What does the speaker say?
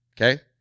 okay